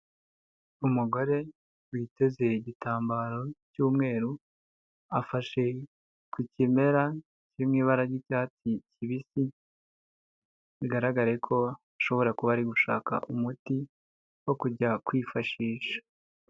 Umugore witeze igitambaro cy'umweru, afashe ku kimera kiri mu ibara ry'icyatsi kibisi, bigaragare ko ashobora kuba ari gushaka umuti wo kujya kwifashisha.